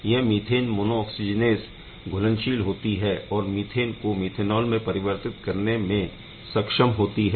यह methane monooxygenase घुलनशील होती है और मीथेन को मिथेनॉल में परिवर्तित करने में सक्षम होती है